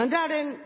Men